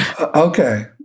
Okay